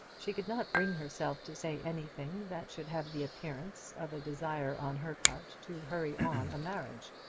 she could not bring herself to say anything that should have the appearance of a desire on her part to hurry on a marriage.